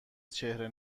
چهره